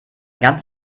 ganz